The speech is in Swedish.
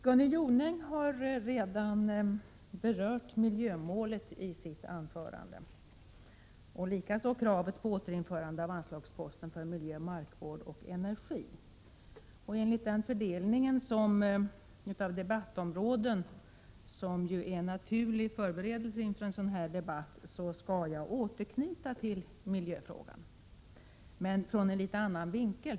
Gunnel Jonäng har redan i sitt anförande berört miljömålet och likaså kravet på återinförande av anslagsposten för miljö, markvård och energi. Enligt den fördelning inom partierna av debattområdena som ju är naturlig i förberedelserna för en sådan här diskussion har det blivit min uppgift att återknyta till miljöfrågan, men från en litet annan vinkel.